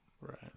right